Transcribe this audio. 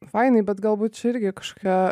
fainai bet galbūt čia irgi kažkokia